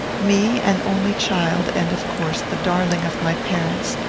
me, an only child, and, of course, the darling of my parents,